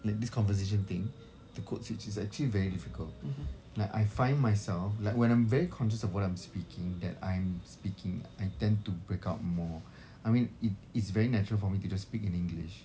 like this conversation thing to code switch is actually very difficult like I find myself like when I'm very conscious of what I'm speaking that I'm speaking I tend to break out more I mean it it's very natural for me to speak in english